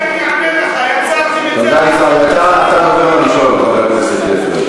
אני אראה לך, אתה הדובר הראשון, חבר הכנסת פריג'.